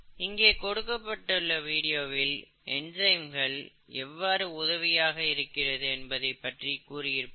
இங்கே கொடுக்கப்பட்டுள்ள வீடியோவில் என்சைம்கள் எவ்வாறு உதவியாக இருக்கிறது என்பதைப்பற்றி கூறியிருப்பார்கள்